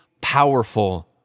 powerful